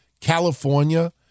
California